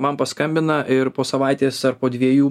man paskambina ir po savaitės ar po dviejų